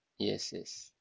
yes yes